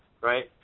right